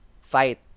fight